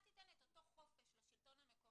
אתה תיתן את אותו חופש לשלטון המקומי